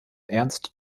ernst